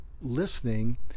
listening